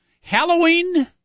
Halloween